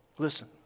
Listen